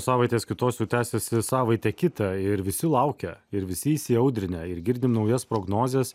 savaitės kitos jau tęsiasi savaitę kitą ir visi laukia ir visi įsiaudrinę ir girdim naujas prognozes